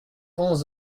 grands